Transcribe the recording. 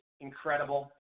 incredible